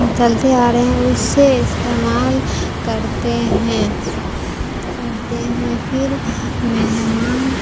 چلتے آ رہے ہیں اس سے استعمال کرتے ہیں کرتے ہیں پھر مہمان